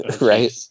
Right